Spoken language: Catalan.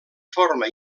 forma